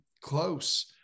close